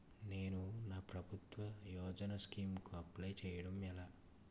నేను నా ప్రభుత్వ యోజన స్కీం కు అప్లై చేయడం ఎలా?